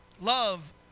Love